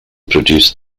produced